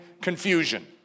confusion